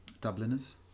Dubliners